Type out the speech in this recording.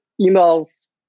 email's